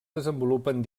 desenvolupen